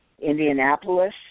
Indianapolis